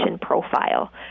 profile